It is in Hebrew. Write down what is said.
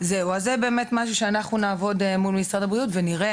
זה באמת משהו שנעבוד עליו מול משרד הבריאות ונראה